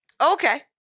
Okay